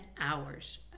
hours